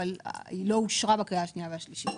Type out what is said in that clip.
אבל היא לא אושרה בקריאה השנייה והשלישית.